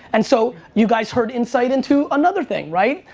and so you guys heard insight into another thing, right?